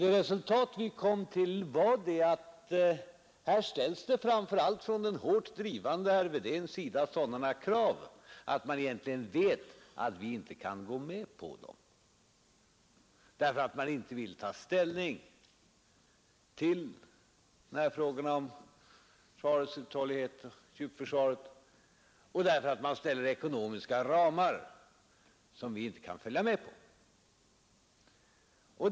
Det resultat vi kom fram till var att det framför allt från den hårt drivande herr Wedén ställdes sådana krav som det var uppenbart att vi inte kunde gå med på. Mittenpartierna vill inte ta ställning till sådana frågor som försvarets uthållighet och djupförsvaret samt kräver ekonomiska ramar som vi inte kan acceptera.